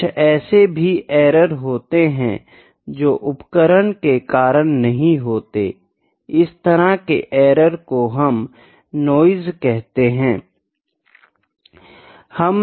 कुछ ऐसे भी एरर होते है जो उपकरण के कारण नहीं होते इस तरह के एरर को हम नॉइज़ कहते है